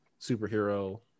superhero